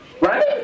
right